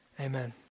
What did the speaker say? Amen